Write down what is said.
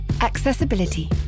Accessibility